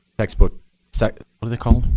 textbook what are they called?